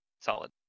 Solid